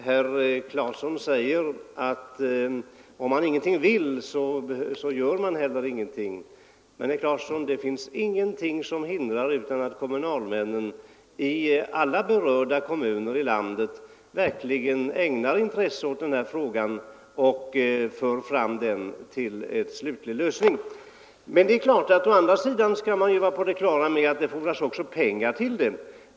Herr talman! Herr Claeson säger att om man inte vill göra någonting så gör man inte heller någonting. Men, herr Claeson, det finns ingenting som hindrar att kommunalmännen i alla berörda kommuner i landet verkligen ägnar intresse åt den här frågan och för fram den till en slutlig lösning. Å andra sidan skall man vara på det klara med att det också fordras pengar därtill.